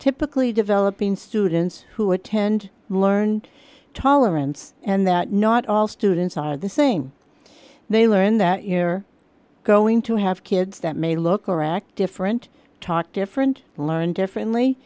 typically developing students who attend learn tolerance and that not all students are the same they learn that you're going to have kids that may look or act different talk different and learn differently